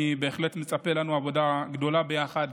בהחלט מצפה לנו עבודה גדולה ביחד.